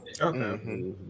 Okay